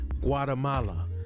guatemala